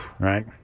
right